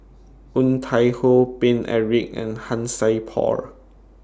Woon Tai Ho Paine Eric and Han Sai Por